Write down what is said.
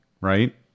right